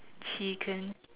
chicken